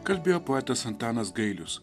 kalbėjo poetas antanas gailius